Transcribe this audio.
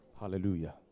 Hallelujah